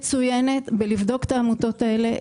מצוינת לבדוק את העמותות האלה,